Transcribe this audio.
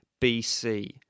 BC